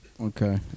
Okay